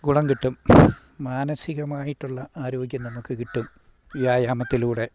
ഗുണം കിട്ടും മാനസികമായിട്ടുള്ള ആരോഗ്യം നമുക്ക് കിട്ടും വ്യായാമത്തിലൂടെ